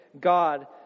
God